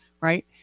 Right